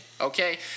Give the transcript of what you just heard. okay